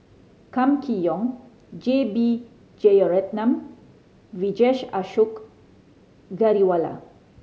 Kam Kee Yong J B Jeyaretnam Vijesh Ashok Ghariwala